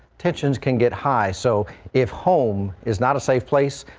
tensions can get high so if home is not a safe place.